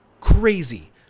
Crazy